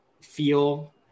feel